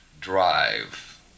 drive